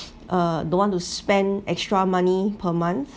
uh don't want to spend extra money per month